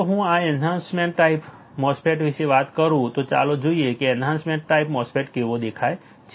જો હું enhancement type MOSFET વિશે વાત કરું તો ચાલો જોઈએ કે એન્હાન્સમેન્ટ ટાઈપ MOSFET કેવો દેખાય છે